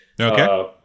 Okay